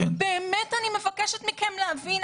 באמת אני מבקשת מכם להבין,